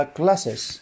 classes